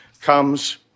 comes